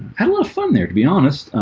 had a lot of fun there to be honest.